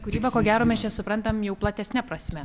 kūrybą ko gero mes čia suprantam jau platesne prasme